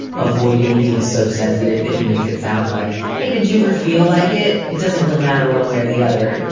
avoiding being so sensitive that you make it sound like, hey, did you ever feel like it? it doesn't really matter one way or the other.